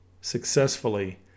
successfully